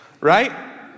Right